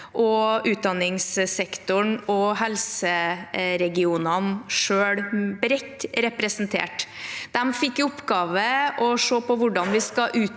utdanningssektoren og helseregionene selv, bredt representert. Den fikk i oppgave å se på hvordan vi skal utdanne,